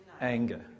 anger